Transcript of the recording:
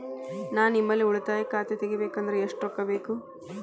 ನಾ ನಿಮ್ಮಲ್ಲಿ ಉಳಿತಾಯ ಖಾತೆ ತೆಗಿಬೇಕಂದ್ರ ಎಷ್ಟು ರೊಕ್ಕ ಬೇಕು?